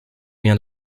vient